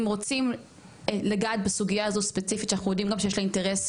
אם רוצים לגעת בסוגיה הזאת ספציפית שאנחנו יודעים גם שיש לה אינטרס,